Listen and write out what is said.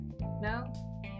No